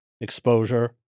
exposure